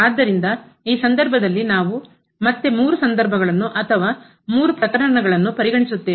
ಆದ್ದರಿಂದ ಈ ಸಂದರ್ಭದಲ್ಲಿ ನಾವು ಮತ್ತೆ ಮೂರು ಸಂದರ್ಭಗಳನ್ನು ಅಥವಾ ಮೂರು ಪ್ರಕರಣಗಳನ್ನು ಪರಿಗಣಿಸುತ್ತೇವೆ